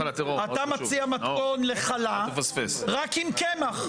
מתכון לחלה רק עם קמח,